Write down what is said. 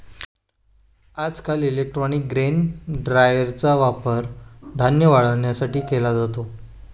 आजकाल electronic grain ड्रायरचा वापर धान्य वाळवण्यासाठी केला जातो